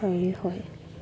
হেৰি হয়